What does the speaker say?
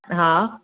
हा